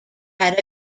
had